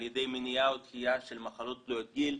ידי מניעה או דחייה של מחלות תלויות גיל,